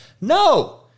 No